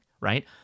right